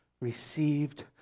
received